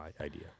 idea